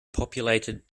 populated